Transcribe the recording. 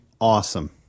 awesome